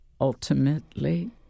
Ultimately